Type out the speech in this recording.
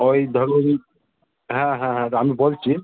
ওই ধরুন হ্যাঁ হ্যাঁ হ্যাঁর আমি বলছি